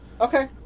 Okay